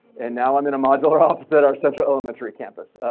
and now i'm in a modular office that are central elementary campus.